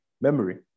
memory